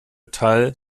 teil